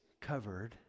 covered